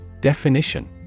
Definition